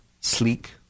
sleek